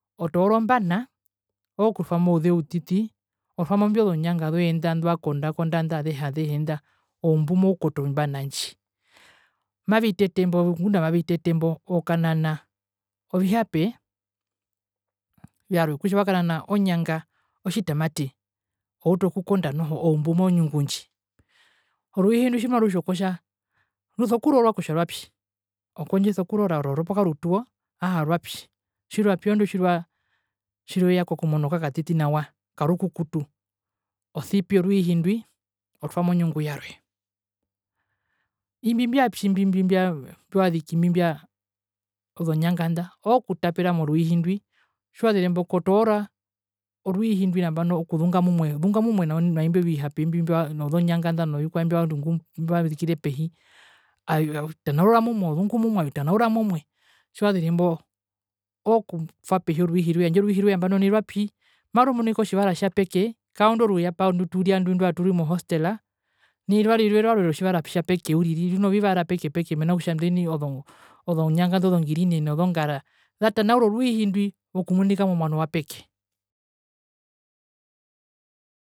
Otoora ombana ookutwamo ouze outiti otwamo inda ozonjanga zoye nda nduwakonda konda nda azehe, azehe nda oumbu moukoto yombana ndji, mavitete ngo ngunda amavitete mbo okanana ovihape vyarwe, kutja wakanana onjanga, otjitamate outu okukonda noho oumbu monjungu ndji. Oruihi ndwi tji maru tjokotja rusokurorwa kutja rwapyi, okondjisa okurora, ororo pokarutuwo, aa a, rwapyi orondu tjirwa tjirweya pokumonoka katiti nawa, karukukutu, osipi oruihi ndwi, otwa monjungu yarwe. Imbi mbyapyi mbi mbi mbya mbiwaziki mbi mbya ozonjanga nda, ookutapera moruihi ndwi tjiwazirembo otoora oruihi ndwi nambano okuzunga mumwe ozunga mumwe naimbyovihape mbi mbiwa nozonjanga nga nozikwaye mbiwa rungu, mbiwazikire pehi otanaura mumwe ozunga mumwe, otanaura mumwe tjiwazirembo ookutwa pehi oruihi roye, tjandje oruihi roye nambano nai rwapyi marumunika otjivara tjapeke kaondi oruyapa nduturya ndwi ndwaa turi mohostela, nai rwarire rwarwe rotjivara tjapeke uriri runa ovivara pekepeke mena rokutja ndeni ozonjanga indozongirine nozongara zatanaura oruihi ndwi okumunika momuano wapeke.